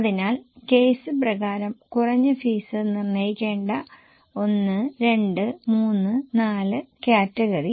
അതിനാൽ കേസ് പ്രകാരം കുറഞ്ഞ ഫീസ് നിര്ണയിക്കേണ്ട 1 2 3 4 കാറ്റഗറി